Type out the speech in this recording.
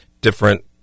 different